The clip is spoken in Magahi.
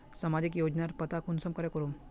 सामाजिक योजनार पता कुंसम करे करूम?